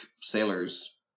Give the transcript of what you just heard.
sailors